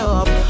up